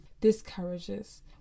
discourages